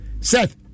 Seth